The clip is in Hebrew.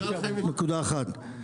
זו נקודה אחת.